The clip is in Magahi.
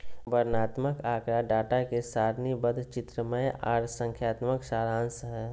वर्णनात्मक आँकड़ा डाटा के सारणीबद्ध, चित्रमय आर संख्यात्मक सारांश हय